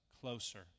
closer